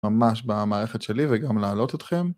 ממש במערכת שלי וגם לעלות אתכם